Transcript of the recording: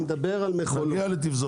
נגיע לתפזורת.